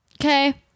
Okay